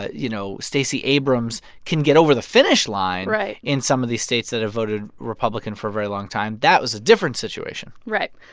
ah you know, stacey abrams can get over the finish line. right. in some of these states that have voted republican for a very long time that was a different situation right.